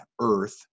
earth